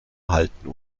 halten